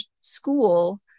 school